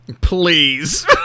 Please